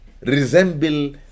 resemble